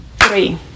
three